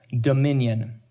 dominion